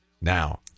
Now